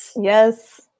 Yes